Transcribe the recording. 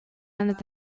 end